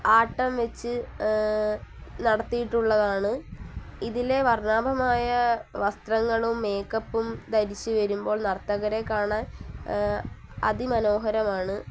ആട്ടം വച്ചു നടത്തിയിട്ടുള്ളതാണ് ഇതിലെ വർണ്ണാഭമായ വസ്ത്രങ്ങളും മേക്കപ്പും ധരിച്ചു വരുമ്പോൾ നർത്തകരെ കാണാൻ അതിമനോഹരമാണ്